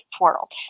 world